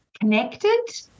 connected